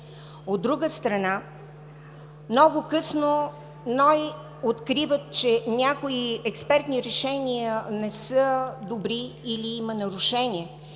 от друга страна, много късно НОИ открива, че някои експертни решения не са добри или има нарушения.